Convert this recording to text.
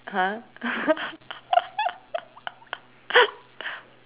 !huh!